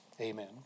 Amen